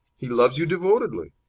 he loves you devotedly.